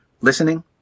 Listening